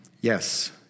Yes